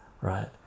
right